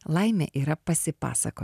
laimė yra pasipasako